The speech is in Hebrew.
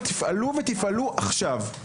ותפעלו, ותפעלו עכשיו.